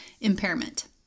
impairment